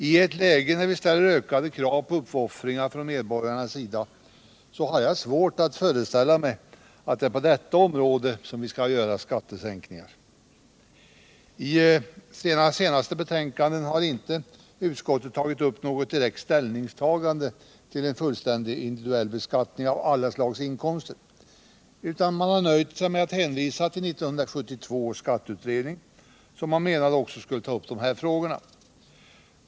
I ett läge när vi ställer ökade krav på uppoffringar från medborgarnas sida har jag svårt att föreställa mig att det är på detta område som vi skall göra skattesänkningar. I sina senaste betänkanden har utskottet inte gjort något direkt ställningstagande till en fullständig individuell beskattning av alla slags inkomster, utan man har nöjt sig med att hänvisa till 1972 års skatteutredning som man ansåg också skulle ta upp de här frågorna.